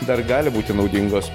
dar gali būti naudingos